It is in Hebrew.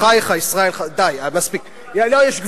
על מה אתה מדבר,